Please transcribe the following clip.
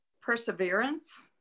perseverance